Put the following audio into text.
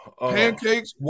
Pancakes